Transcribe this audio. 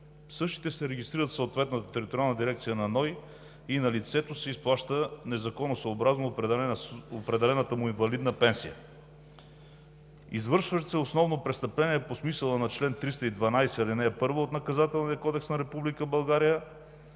Същите се регистрират в съответната териториална дирекция на НОИ и на лицето се изплаща незаконосъобразно определената му инвалидна пенсия. Извършват се основно престъпления по смисъла на чл. 312, ал. 1 от Наказателния кодекс на